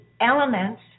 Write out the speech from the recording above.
elements